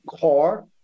Car